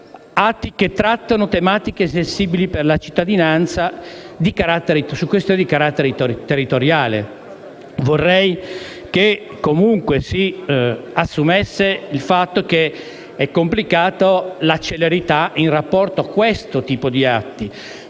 atti che trattano tematiche sensibili per la cittadinanza, questioni di carattere territoriale. Vorrei che comunque si capisse che è complicato dare celere risposta a questo tipo di atti,